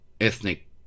Ethnic